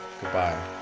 Goodbye